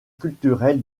culturel